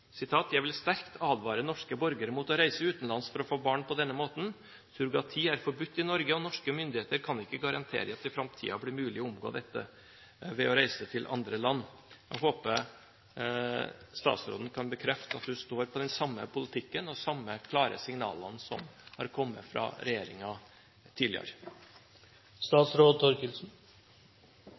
egenverdi? Jeg har lyst til å sitere forhenværende statsråd Audun Lysbakken, som sa følgende til Klassekampen i juni 2010: «Jeg vil sterkt advare norske borgere mot å reise utenlands for å få barn på denne måten. Surrogati er forbudt i Norge, og norske myndigheter kan ikke garantere at det i framtida blir mulig å omgå dette ved å reise til andre land». Jeg håper statsråden kan bekrefte at hun står på den samme politikken og de samme